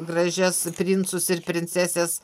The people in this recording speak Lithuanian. gražias princus ir princesės